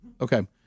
Okay